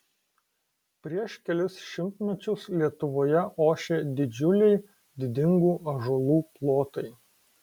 prieš kelis šimtmečius lietuvoje ošė didžiuliai didingų ąžuolų plotai